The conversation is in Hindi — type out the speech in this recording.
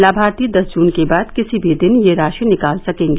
लामार्थी दस जुन के बाद किसी भी दिन यह राशि निकाल सकेंगी